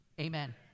amen